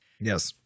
Yes